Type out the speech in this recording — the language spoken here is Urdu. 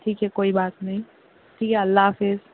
ٹھیک ہے کوئی بات نہیں ٹھیک ہے اللہ حافظ